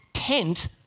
tent